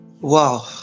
wow